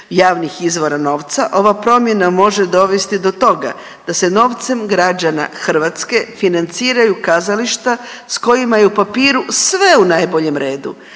javnih izvora novca ova promjena može dovesti do toga da se novcem građana Hrvatske financiraju kazališta s kojima je u papiru sve u najboljem redu,